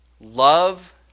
love